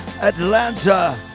Atlanta